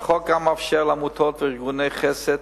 החוק גם מאפשר לעמותות וארגוני חסד